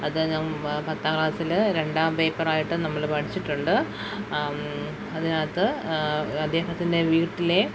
അത് ഞാൻ പത്താം ക്ലാസ്സിൽ രണ്ടാം പേപ്പറായിട്ട് നമ്മൾ പഠിച്ചിട്ടുണ്ട് അതിനകത്ത് അദ്ദേഹത്തിൻ്റെ വീട്ടിലെ